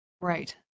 right